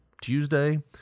Tuesday